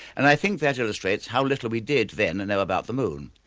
and i think that illustrates how little we did then and know about the moon.